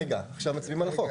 רגע, עכשיו מצביעים על החוק.